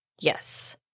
Yes